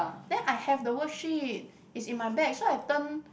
then I have the worksheet is in my bag so I turn